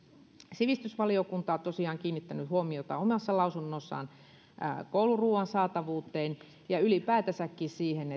sivistysvaliokunta on tosiaan kiinnittänyt huomiota omassa lausunnossaan kouluruoan saatavuuteen ja ylipäätänsäkin siihen